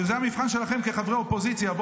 וזה המבחן שלכם כחברי אופוזיציה,